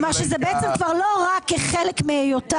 כלומר שבעצם זה כבר לא רק כחלק מהיותה